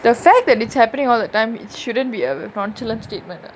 the fact that it's happening all the time shouldn't be a nonchalent statement [what]